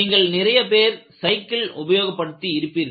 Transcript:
நீங்கள் நிறைய பேர் சைக்கிள் உபயோகப்படுத்தி இருப்பீர்கள்